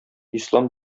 ислам